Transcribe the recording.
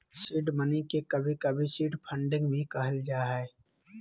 seed money के कभी कभी सीड फंडिंग भी कहल जा हय